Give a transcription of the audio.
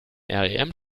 rem